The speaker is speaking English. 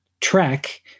track